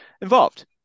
involved